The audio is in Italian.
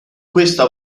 questa